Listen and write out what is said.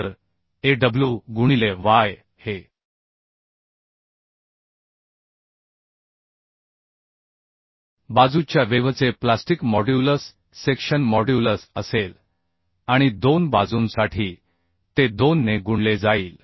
तर Aw गुणिले y हे बाजूच्या वेव्हचे प्लास्टिक मॉड्यूलस सेक्शन मॉड्यूलस असेल आणि 2 बाजूंसाठी ते 2 ने गुणले जाईल